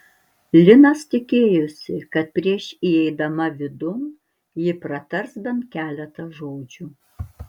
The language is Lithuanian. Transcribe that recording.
linas tikėjosi kad prieš įeidama vidun ji pratars bent keletą žodžių